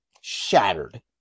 shattered